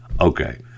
okay